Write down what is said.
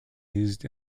used